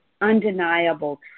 undeniable